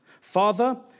Father